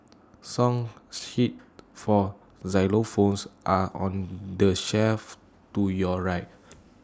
song sheets for xylophones are on the shelf to your right